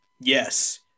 yes